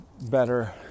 better